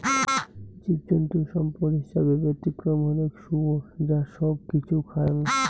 জীবজন্তু সম্পদ হিছাবে ব্যতিক্রম হইলেক শুয়োর যা সৌগ কিছু খায়ং